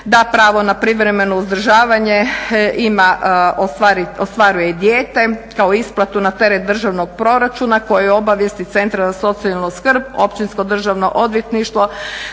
da pravo na privremeno uzdržavanje ima, ostvaruje i dijete kao isplatu na teret državnog proračuna koje obavijesti centra za socijalnu skrb, općinsko državno odvjetništvo